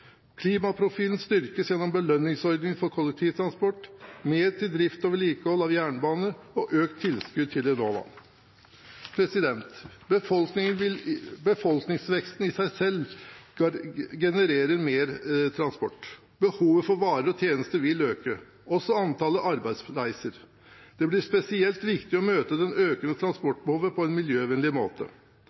Klimaprofilen styrkes gjennom belønningsordningen for kollektivtransport, mer til drift og vedlikehold av jernbane og økt tilskudd til Enova. Befolkningsveksten vil i seg selv generere mer transport. Behovet for varer og tjenester vil øke, også antallet arbeidsreiser. Det blir spesielt viktig å møte det økende transportbehovet på en miljøvennlig måte.